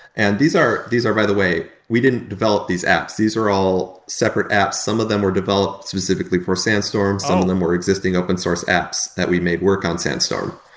and these are these are by the way, we didn't develop these apps. these are all separate apps. some of them were developed specifically for sandstorm. some of them were existing open-source apps that we made work on sandstorm.